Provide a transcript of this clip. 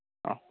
অঁ